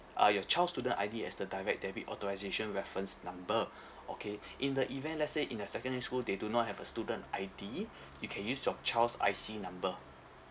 uh your child's student I_D as the direct debit authorisation reference number okay in the event let's say in a secondary school they do not have a student I_D you can use your child's I_C number